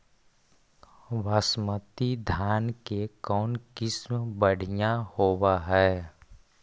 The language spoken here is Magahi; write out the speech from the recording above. बासमती धान के कौन किसम बँढ़िया होब है?